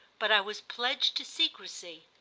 but i was pledged to secrecy.